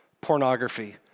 Pornography